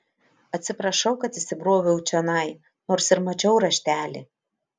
atsiprašau kad įsibroviau čionai nors ir mačiau raštelį